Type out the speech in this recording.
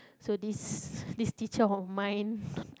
so this this teacher of mine